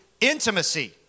intimacy